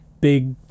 big